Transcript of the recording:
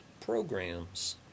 programs